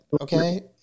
Okay